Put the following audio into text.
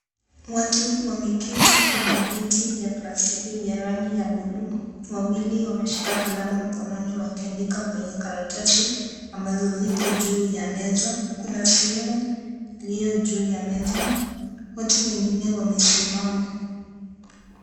Watu wameketi kwenye viti vya plastiki vya buluu. Wawili wameshika kalamu mkononi wakiandika kwenye karatasi ambazo ziko juu ya meza, kuna simu iliyo juu ya meza, watu wengine wamesimama.